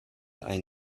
ein